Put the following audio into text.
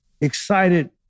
excited